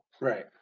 Right